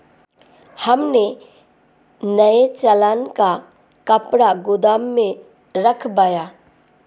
राम ने नए चालान का कपड़ा गोदाम में रखवाया